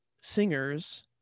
singers